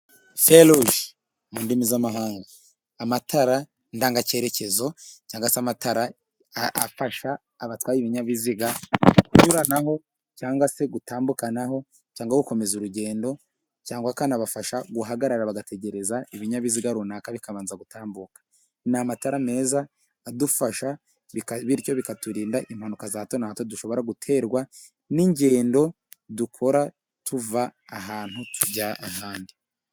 Feruje mu ndimi z'amahanga, amatara ndangacyerekezo, cyangwa amatara afasha abatwaye ibinyabiziga kunyuranaho ,cyangwa se gutambukanaho, cyangwa gukomeza urugendo, cyangwa bikanabafasha guhagarara bagategereza ibinyabiziga runaka bikabanza gutambuka, ni amatara meza adufasha, bityo bikaturinda impanuka za hato na hato dushobora guterwa n'ingendo dukora, tuva ahantu tujya ahandi.